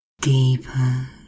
deeper